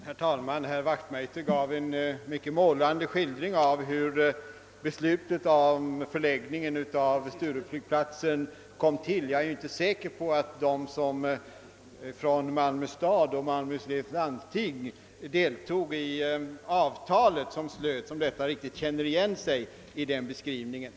Herr talman! Herr Wachtmeister gav en mycket målande skildring av hur beslutet om förläggningen av flygplatsen till Sturup kommit till. Jag är inte säker på att de från Malmö stad och Malmöhus läns landsting som deltog vid slutandet av avtalet riktigt känner igen den beskrivningen.